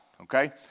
okay